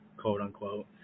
quote-unquote